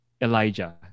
Elijah